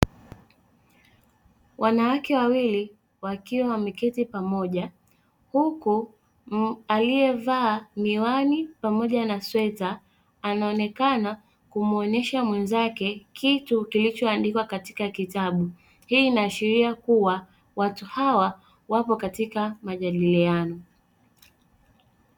Wanawake wawili wakiwa wameketi pamoja huku aliyevaa miwani pamoja na sweta anaonekana kumwonesha mwenzake kitu kilichoandikwa katika kitabu, hii inaashiria kuwa watu hawa wapo katika majadiliano.